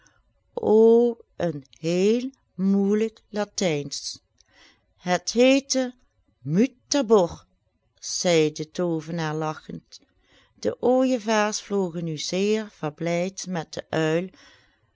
een heel moeijelijk latijnsch het heette mutabor zei de toovenaar lagchend de ooijevaars vlogen nu zeer verblijd met den uil